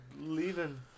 leaving